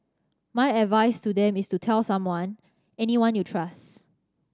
my advice to them is to tell someone anyone you trust